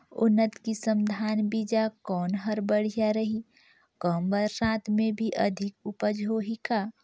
उन्नत किसम धान बीजा कौन हर बढ़िया रही? कम बरसात मे भी अधिक उपज होही का?